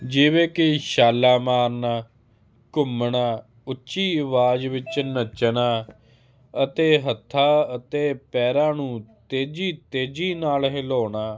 ਜਿਵੇਂ ਕਿ ਛਾਲਾ ਮਾਰਨਾ ਘੁੰਮਣਾ ਉੱਚੀ ਆਵਾਜ਼ ਵਿੱਚ ਨੱਚਣਾ ਅਤੇ ਹੱਥਾਂ ਅਤੇ ਪੈਰਾਂ ਨੂੰ ਤੇਜ਼ੀ ਤੇਜ਼ੀ ਨਾਲ ਹਿਲਾਉਣਾ